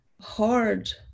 hard